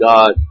God